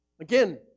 again